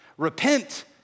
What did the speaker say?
Repent